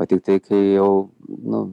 o tiktai kai jau nu